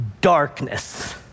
darkness